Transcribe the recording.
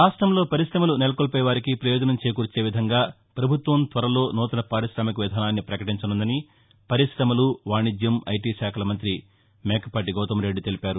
రాష్టంలో పరిశమలు నెలకొల్పే వారికి పయోజనం చేకూర్చే విధంగా ప్రభుత్వం త్వరలో నూతన పారిశామిక విధానాన్ని ప్రకటించసుందని రాష్ట పరిశమలు వాణిజ్యం ఐటీ శాఖల మంత్రి మేకపాటి గౌతం రెడ్డి తెలిపారు